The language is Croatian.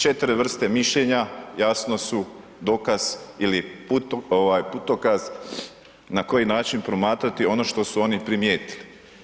4 vrste mišljenja, jasno su, dokaz ili putokaz na koji način promatrati ono što su oni primijetili.